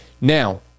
Now